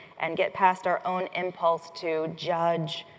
and get past our own impulse to judge,